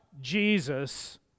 Jesus